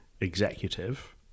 executive